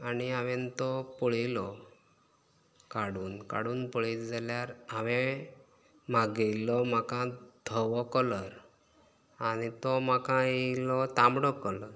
आनी हांवेन तो पळयलो काडून काडून पळयलो जाल्यार हांवें मागयल्लो म्हाका धवो कलर आनी तो म्हाका येयलो तांबडो कलर